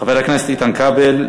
חבר הכנסת איתן כבל.